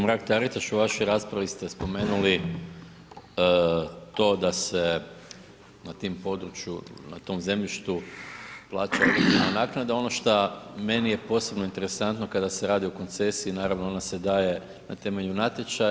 Mrak-Taritaš, u vašoj raspravi ste spomenuli to da se na tom području, na tom zemljištu plaća određena naknada, ono što meni je posebno interesantno kada se radi o koncesiji, naravno, ona se daje na temelju natječaja.